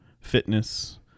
fitness